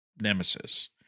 Nemesis